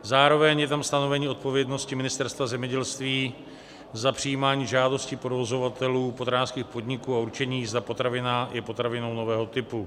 Zároveň je tam stanovení odpovědnosti Ministerstva zemědělství za přijímání žádostí provozovatelů potravinářských podniků a určení, zda potravina je potravinou nového typu.